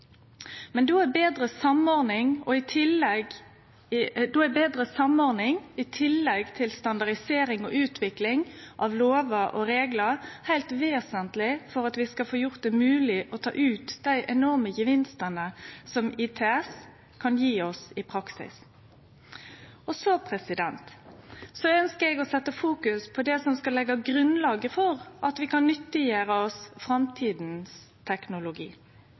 då er betre samordning, i tillegg til standardisering og utvikling av lovar og reglar, heilt vesentleg for at vi skal få gjort det mogleg å ta ut dei enorme gevinstane som ITS kan gje oss i praksis. Så ønskjer eg å fokusere på det som skal leggje grunnlaget for at vi kan nyttiggjere oss framtidas teknologi